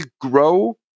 grow